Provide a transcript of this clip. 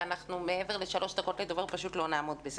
ומעבר לשלוש דקות לדובר לא נעמוד בזה.